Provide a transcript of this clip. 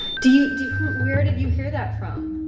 do you do who where did you hear that from?